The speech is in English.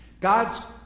God's